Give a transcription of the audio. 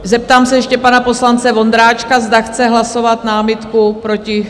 Zeptám se ještě pana poslance Vondráčka, zda chce hlasovat námitku proti?